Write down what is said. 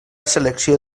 selecció